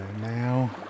now